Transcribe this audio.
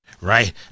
Right